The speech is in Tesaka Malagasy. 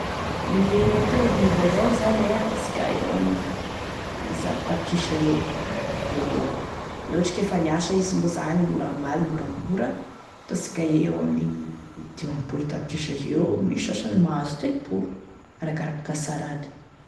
Gne tômôbilo vaovao zany e ataosika eo amin'ny zato tapitrisa eo, eo eo, laha ohatry ka efa niasa izy moa zany normal moramora ataosika eo amin'ny dima-polo tapitrisa eo misy sasany mahazo telopolo arakaraky gn'asarany.